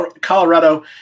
Colorado